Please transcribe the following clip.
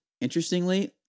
Interestingly